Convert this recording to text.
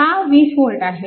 हा 20V आहे